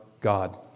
God